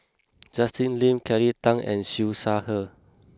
Justin Lean Kelly Tang and Siew Shaw Her